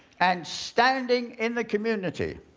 and standing in the community.